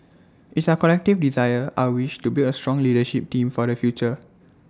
it's our collective desire our wish to build A strong leadership team for the future